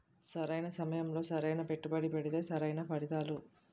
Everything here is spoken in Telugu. సరైన సమయంలో సరైన పెట్టుబడి పెడితే సరైన ఫలితాలు